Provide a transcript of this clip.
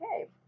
Okay